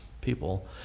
people